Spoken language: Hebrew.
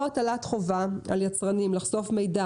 או הטלת חובה על יצרנים לחשוף מידע